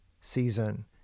season